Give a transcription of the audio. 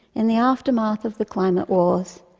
in the aftermath of the climate wars,